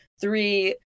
three